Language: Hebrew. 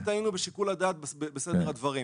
יכול להיות שטעינו בשיקול הדעת בסדר הדברים,